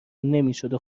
نمیشدو